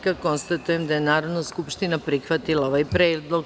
Konstatujem da je Narodna skupština prihvatila ovaj predlog.